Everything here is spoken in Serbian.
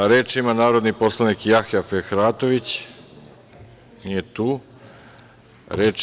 Reč ima narodni poslanik Jahja Fehratović, nije tu.